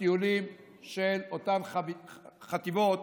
הטיולים של אותן חטיבות